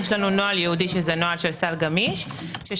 יש לנו נוהל ייעודי שזה נוהל של סל גמיש שבו